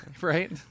right